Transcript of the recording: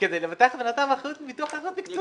זה נותן לך את האפשרות לא תמיד לקבל את מה שהם אומרים.